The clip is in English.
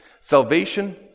salvation